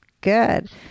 Good